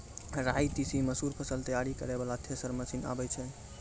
राई तीसी मसूर फसल तैयारी करै वाला थेसर मसीन आबै छै?